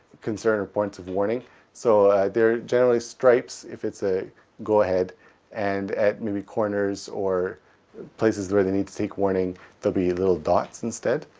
concern or points of warning so they are generally stripes if it's a go ahead and at maybe corners, or places where they need to take warning there'll be little dots instead,